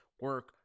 Work